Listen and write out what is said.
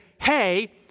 hey